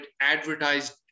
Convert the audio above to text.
advertised